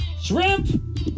Shrimp